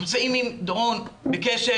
אנחנו נמצאים עם דורון בקשר,